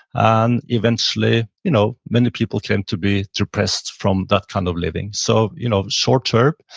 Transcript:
and eventually you know many people came to be depressed from that kind of living. so you know short term,